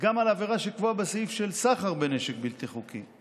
גם על עבירה שקבועה בסעיף של סחר בנשק בלתי חוקי.